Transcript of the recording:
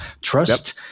trust